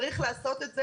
צורך.